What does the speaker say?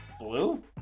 Blue